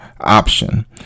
option